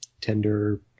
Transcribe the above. tender